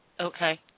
Okay